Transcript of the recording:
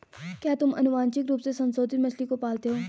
क्या तुम आनुवंशिक रूप से संशोधित मछली को पालते हो?